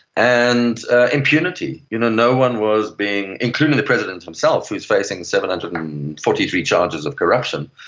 and ah impunity. you know no one was being, including the president himself who is facing seven hundred and forty three charges of corruption,